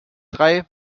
drei